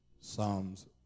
Psalms